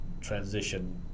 transition